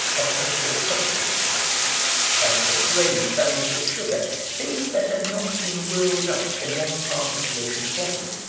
of edible substances bags of grain, barrels of sugar things that had not been whirled up from one part of the ocean-bottom,